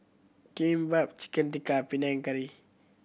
Kimbap Chicken Tikka Panang Curry